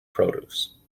produce